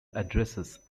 addresses